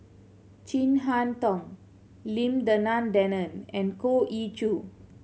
Chin Harn Tong Lim Denan Denon and Goh Ee Choo